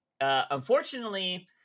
unfortunately